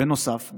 בנוסף,